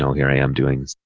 so here i am doing,